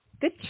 Good